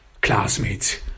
classmates